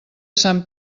sant